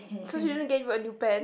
so she didn't get you a new pen